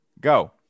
Go